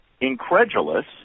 incredulous